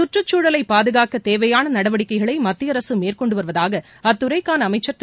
கற்றுச்சூழலை பாதுகாக்க தேவையாள நடவடிக்கைகளை மத்திய அரசு மேற்கொண்டு வருவதாக அத்துறைக்காள அமைச்சர் திரு